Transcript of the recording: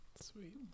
sweet